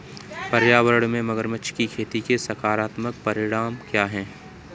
पर्यावरण में मगरमच्छ की खेती के सकारात्मक परिणाम क्या हैं?